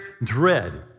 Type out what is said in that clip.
dread